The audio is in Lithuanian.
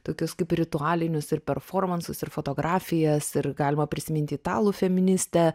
tokius kaip ritualinius ir performansus ir fotografijas ir galima prisiminti italų feministę